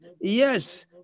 yes